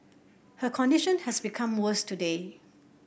her condition has become worse today